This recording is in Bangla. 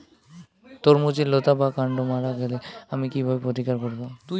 তরমুজের লতা বা কান্ড মারা গেলে আমি কীভাবে প্রতিকার করব?